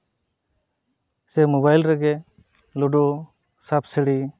ᱥᱮ ᱢᱳᱵᱟᱭᱤᱞ ᱨᱮᱜᱮ ᱞᱩᱰᱩ ᱥᱟᱯᱼᱥᱤᱲᱤ